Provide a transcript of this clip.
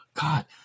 God